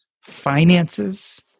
finances